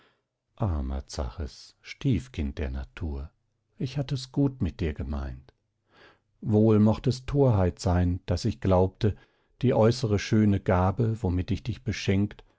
stiefkind der natur ich hatt es gut mit dir gemeint wohl mocht es torheit sein daß ich glaubte die äußere schöne gabe womit ich dich beschenkt